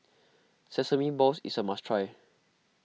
Sesame Balls is a must try